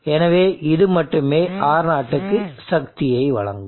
எனவே இது மட்டுமே R0 க்கு சக்தியை வழங்கும்